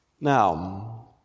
Now